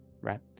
right